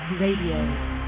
Radio